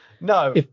No